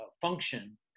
function